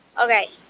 Okay